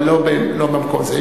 אבל לא במקום זה.